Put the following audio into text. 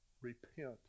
Repent